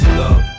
love